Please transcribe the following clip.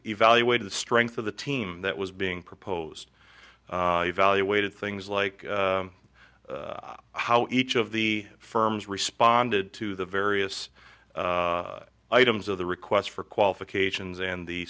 evaluated the strength of the team that was being proposed evaluated things like how each of the firms responded to the various items of the requests for qualifications and the